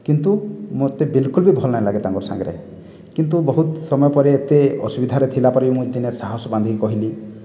କିନ୍ତୁ ମୋତେ ବିଲକୁଲ ବି ଭଲ ନାହିଁ ଲାଗେ ତାଙ୍କର ସାଙ୍ଗରେ କିନ୍ତୁ ବହୁତ ସମୟ ପରେ ଏତେ ଅସୁବିଧାରେ ଥିଲା ପରେ ମୁଁ ଦିନେ ସାହସ ବାନ୍ଧିକି କହିଲି